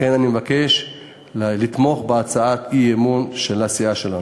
לכן אני מבקש לתמוך בהצעת האי-אמון של הסיעה שלנו.